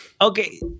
Okay